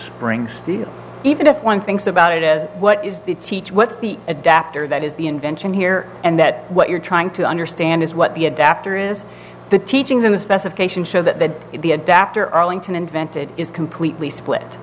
spring steel even if one thinks about it as what is the teach what the adapter that is the invention here and that what you're trying to understand is what the adapter is the teaching the specification show that the adapter arlington invented is completely split